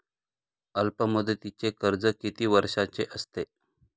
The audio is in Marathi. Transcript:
अल्पमुदतीचे कर्ज किती वर्षांचे असते?